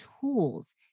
tools